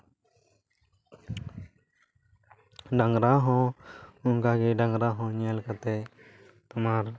ᱰᱟᱝᱨᱟ ᱦᱚᱸ ᱚᱱᱠᱟᱜᱮ ᱰᱟᱝᱨᱟ ᱦᱚᱸ ᱧᱮᱞ ᱠᱟᱛᱮ ᱛᱳᱢᱟᱨ